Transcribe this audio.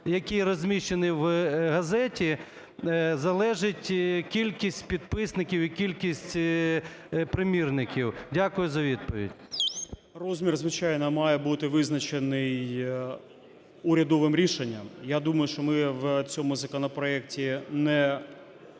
який розміщений в газеті, залежить кількість підписників і кількість примірників? Дякую за відповідь. 12:52:43 ДЕНИСЕНКО А.С. Розмір, звичайно, має бути визначений урядовим рішенням. Я думаю, що ми в цьому законопроекті не зможемо